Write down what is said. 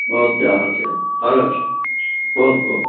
भवत्याः एव आगच्छ भवतु